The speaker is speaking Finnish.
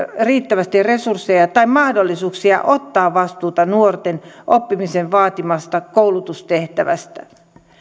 riittävästi resursseja tai mahdollisuuksia ottaa vastuuta nuorten oppimisen vaatimasta koulutustehtävästä